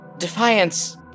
defiance